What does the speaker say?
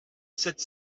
sept